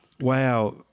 wow